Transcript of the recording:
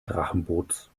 drachenboots